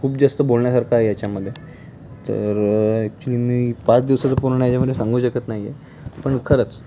खूप जास्त बोलण्यासारखं आहे याच्यामध्ये तर ॲक्च्युली मी पाच दिवसाचं पूर्ण याच्यामध्ये सांगू शकत नाही आहे पण खरंच